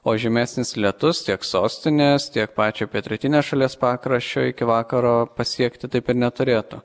o žymesnis lietus tiek sostinės tiek pačią pietrytinę šalies pakraščio iki vakaro pasiekti taip ir neturėtų